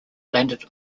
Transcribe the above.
landed